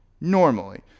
Normally